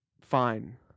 fine